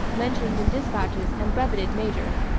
mentioned in despatches, and brevetted major.